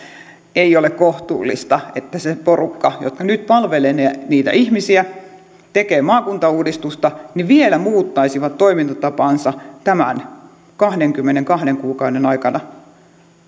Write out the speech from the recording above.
ei ole kohtuullista että se porukka joka nyt palvelee niitä ihmisiä ja tekee maakuntauudistusta vielä muuttaisi toimintatapaansa tämän kahdenkymmenenkahden kuukauden aikana